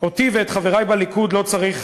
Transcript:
אותי ואת חברי בליכוד, לא צריך